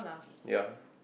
ya